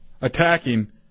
attacking